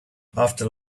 after